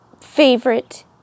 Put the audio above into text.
favorite